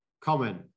comment